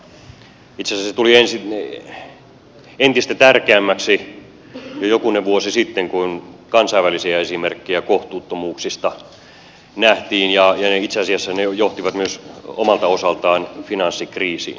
itse asiassa se tuli entistä tärkeämmäksi jo jokunen vuosi sitten kun kansainvälisiä esimerkkejä kohtuuttomuuksista nähtiin ja itse asiassa ne johtivat myös omalta osaltaan finanssikriisiin